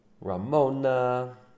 Ramona